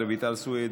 רויטל סויד,